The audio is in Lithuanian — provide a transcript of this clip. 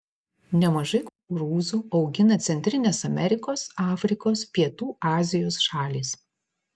nemažai kukurūzų augina centrinės amerikos afrikos pietų azijos šalys